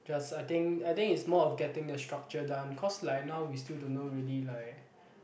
just I think I think it's more of getting the structure done cause like now we still don't know really like